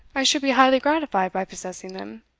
i should be highly gratified by possessing them.